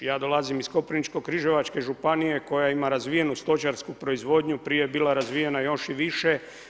Ja dolazimo iz Koprivničko-križevačke županije koja ima razvijenu stočarsku proizvodnju, prije je bila razvijena još i više.